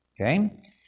Okay